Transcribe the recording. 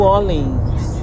Orleans